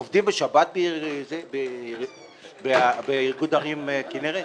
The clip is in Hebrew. תגידי, עובדים בשבת באיגוד ערים כנרת?